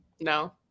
no